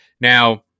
Now